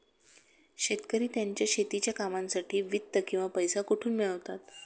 शेतकरी त्यांच्या शेतीच्या कामांसाठी वित्त किंवा पैसा कुठून मिळवतात?